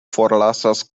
forlasas